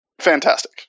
fantastic